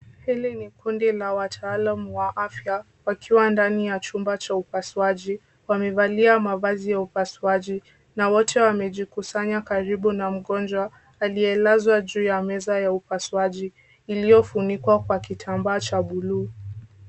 Hili ni kundi la wataalam wa afya wakiwa ndani ya chumba cha upasuaji. Wamevalia mavazi ya upasuaji na wote wamejikusanya karibu na mgonjwa aliyelazwa juu ya meza ya upasuaji iliyofunikwa kwa kitambaa cha bluu.